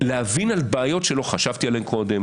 להבין בעיות שלא חשבתי עליהן קודם,